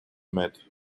met